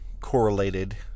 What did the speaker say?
correlated